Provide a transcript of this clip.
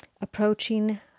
approaching